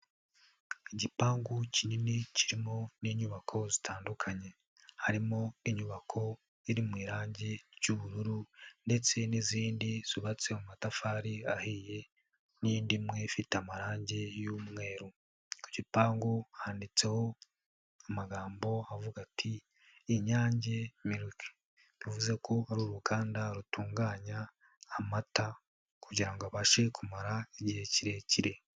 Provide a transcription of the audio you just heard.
Igipangu kinini kirimo n'inyubako zitandukanye, harimo n'inyubako iri mu irangi ry'ubururu ndetse n'izindi zubatse mu matafari ahiye n'indi imwe ifite amarangi y'umweru, ku gipangu handitseho amagambo avuga ati Inyange miriki bivuze ko ari uruganda rutunganya amata kugira ngo abashe kumara igihe kirekire.